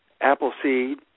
Appleseed